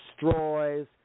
destroys